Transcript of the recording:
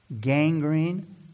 Gangrene